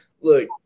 look